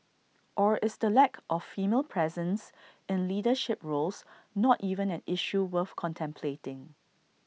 or is the lack of female presence in leadership roles not even an issue worth contemplating